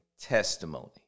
testimony